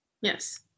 Yes